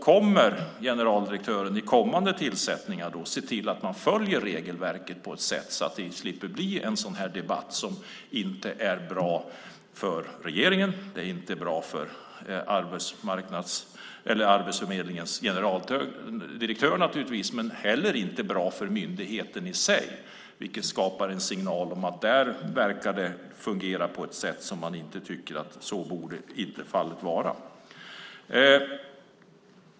Kommer generaldirektören vid kommande tillsättningar att följa regelverket så att det inte blir en sådan här debatt som inte är bra för regeringen, Arbetsförmedlingens generaldirektör eller för myndigheten? Det skapar en signal om att det där fungerar på ett sätt som det inte borde göra.